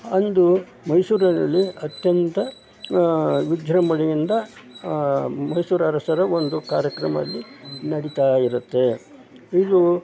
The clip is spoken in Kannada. ಅಂದು ಮೈಸೂರಲ್ಲಿ ಅತ್ಯಂತ ವಿಜೃಂಭಣೆಯಿಂದ ಮೈಸೂರು ಅರಸರ ಒಂದು ಕಾರ್ಯಕ್ರಮಲ್ಲಿ ನಡಿತಾಯಿರುತ್ತೆ ಇದು